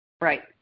Right